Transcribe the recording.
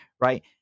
right